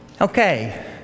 Okay